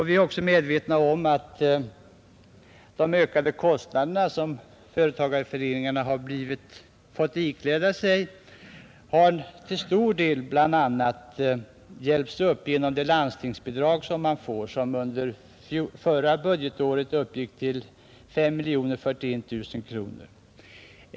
Vi är också medvetna om att företagareföreningarna fått hjälp att klara en stor del av sina ökade kostnader genom bidrag som lämnats av landstingen och som under förra budgetåret uppgick till 5 041 000 kronor.